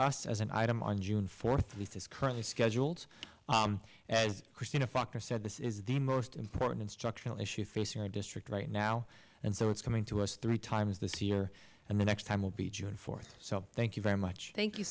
us as an item on june fourth which is currently scheduled as christina faulkner said this is the most important structural issue facing our district right now and so it's coming to us three times this year and the next time will be june fourth so thank you very much thank you